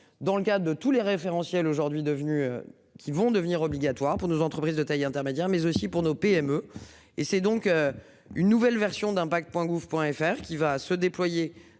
dans le cas de tous les référentiels aujourd'hui devenu qui vont devenir obligatoires pour nos entreprises de taille intermédiaire mais aussi pour nos PME. Et c'est donc. Une nouvelle version d'un. Point gouv point FR qui va se déployer